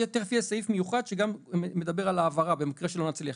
תיכף יהיה סעיף מיוחד שגם מדבר על העברה במקרה שלא נצליח.